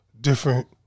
different